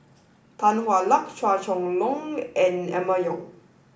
Tan Hwa Luck Chua Chong Long and Emma Yong